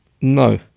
No